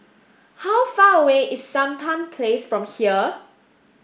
how far away is Sampan Place from here